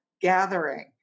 gathering